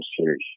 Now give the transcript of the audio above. series